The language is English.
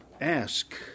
Ask